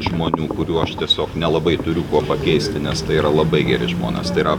žmonių kurių aš tiesiog nelabai turiu kuo pakeisti nes tai yra labai geri žmonės tai yra